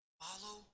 Follow